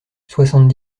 soixante